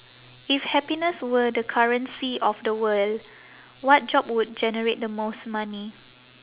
if happiness were the currency of the world what job would generate the most money